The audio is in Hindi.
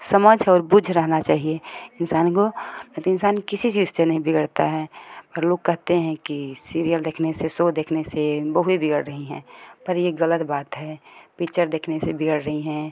समझ और बूझ रहना चाहिए इंसान को नहीं तो इंसान किसी चीज़ से नहीं बिगड़ता है पर लोग कहते हैं कि सीरियल देखने से सो देखने से बहुएँ बिगड़ रही हैं पर ये गलत बात है पिच्चर देखने से बिगड़ रही हैं